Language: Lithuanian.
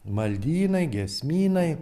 maldynai giesmynai